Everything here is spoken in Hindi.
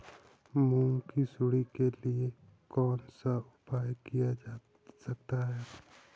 मूंग की सुंडी के लिए कौन सा उपाय किया जा सकता है?